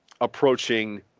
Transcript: approaching